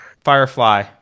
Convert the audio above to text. Firefly